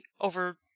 over